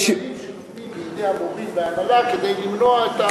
האמצעים שנותנים בידי המורים וההנהלה כדי למנוע את,